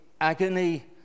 agony